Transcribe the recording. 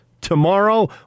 tomorrow